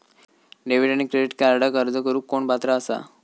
Debit आणि credit कार्डक अर्ज करुक कोण पात्र आसा?